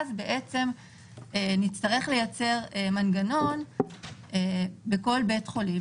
ואז בעצם נצטרך לייצר מנגנון בכל בית חולים,